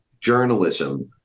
journalism